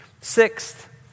Sixth